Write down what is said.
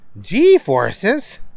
G-forces